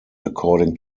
according